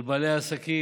על בעלי העסקים,